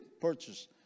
Purchase